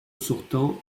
sortant